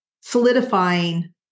solidifying